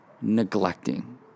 neglecting